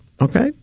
okay